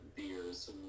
Beers